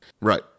right